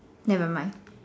never mind